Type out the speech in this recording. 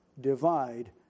divide